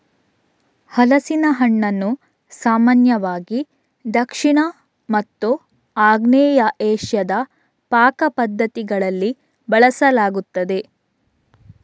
ಹಲಸಿನ ಹಣ್ಣನ್ನು ಸಾಮಾನ್ಯವಾಗಿ ದಕ್ಷಿಣ ಮತ್ತು ಆಗ್ನೇಯ ಏಷ್ಯಾದ ಪಾಕ ಪದ್ಧತಿಗಳಲ್ಲಿ ಬಳಸಲಾಗುತ್ತದೆ